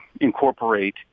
incorporate